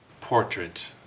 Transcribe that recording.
portrait